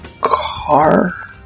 car